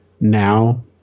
Now